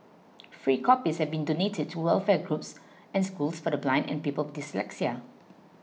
free copies have been donated to welfare groups and schools for the blind and people with dyslexia